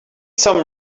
some